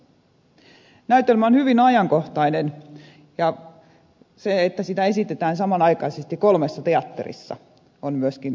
näytelmä on hyvin ajankohtainen ja se että sitä esitetään samanaikaisesti kolmessa teatterissa on myöskin osoitus siitä